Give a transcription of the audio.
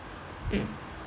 mm